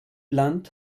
land